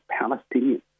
Palestinian